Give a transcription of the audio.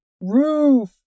roof